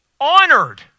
honored